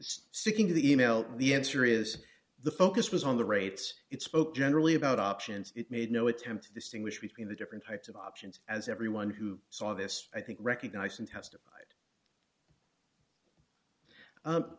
sticking to the e mail the answer is the focus was on the rates it spoke generally about options it made no attempt to distinguish between the different types of options as everyone who saw this i think recognizing testified